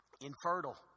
infertile